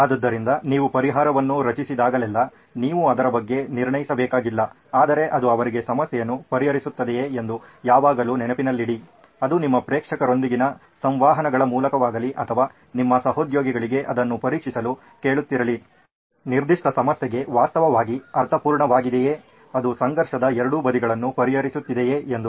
ಆದ್ದರಿಂದ ನೀವು ಪರಿಹಾರವನ್ನು ರಚಿಸಿದಾಗಲೆಲ್ಲಾ ನೀವು ಅದರ ಬಗ್ಗೆ ನಿರ್ಣಯಿಸಬೇಕಾಗಿಲ್ಲ ಆದರೆ ಅದು ಅವರಿಗೆ ಸಮಸ್ಯೆಯನ್ನು ಪರಿಹರಿಸುತ್ತದೆಯೇ ಎಂದು ಯಾವಾಗಲೂ ನೆನಪಿನಲ್ಲಿಡಿ ಅದು ನಿಮ್ಮ ಪ್ರೇಕ್ಷಕರೊಂದಿಗಿನ ಸಂವಹನಗಳ ಮೂಲಕವಾಗಲಿ ಅಥವಾ ನಿಮ್ಮ ಸಹೋದ್ಯೋಗಿಗಳಿಗೆ ಅದನ್ನು ಪರೀಕ್ಷಿಸಲು ಕೇಳುತ್ತಿರಲಿ ನಿರ್ದಿಷ್ಟ ಸಮಸ್ಯೆಗೆ ವಾಸ್ತವವಾಗಿ ಅರ್ಥಪೂರ್ಣವಾಗಿದೆಯೇ ಅದು ಸಂಘರ್ಷದ ಎರಡೂ ಬದಿಗಳನ್ನು ಪರಿಹರಿಸುತ್ತಿದೆಯೇ ಎಂದು